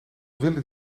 willen